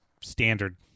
standard